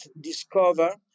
discover